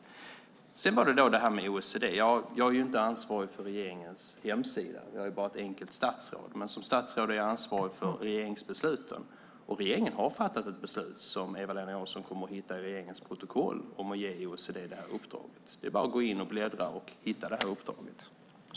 Sedan var det detta med OECD. Jag är ju inte ansvarig för regeringens hemsida; jag är bara ett enkelt statsråd. Men som statsråd är jag ansvarig för regeringsbesluten, och regeringen har fattat ett beslut om att ge OECD det här uppdraget, vilket Eva-Lena Jansson kommer att hitta i regeringens protokoll. Det är bara att gå in och bläddra och hitta det här uppdraget.